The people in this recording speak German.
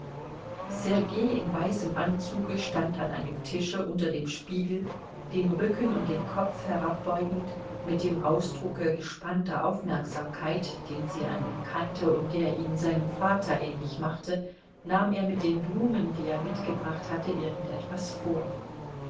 sergei in weißem anzuge stand an einem tische unter dem spiegel den rücken und den kopf herabbeugend mit dem ausdrucke gespannter aufmerksamkeit den sie an ihm kannte und der ihn seinem vater ähnlich machte nahm er mit den blumen die er mitgebracht hatte irgend etwas vor